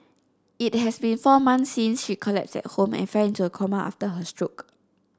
it has been four months since she collapsed at home and fell into a coma after her stroke